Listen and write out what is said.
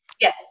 yes